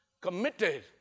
committed